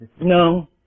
No